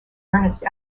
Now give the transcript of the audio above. ernest